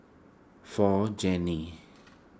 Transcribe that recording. for Janae